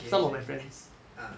okay ah